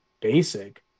basic